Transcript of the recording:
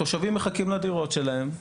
תושבים מחכים לדירות שלהם,